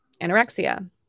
anorexia